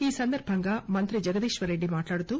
ఈ సందర్బంగా మంత్రి జగదీశ్వర్ రెడ్డి మాట్లాడుతూ